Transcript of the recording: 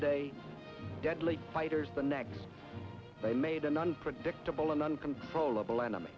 day deadly fighters the next they made an unpredictable and uncontrollable enemy